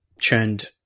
churned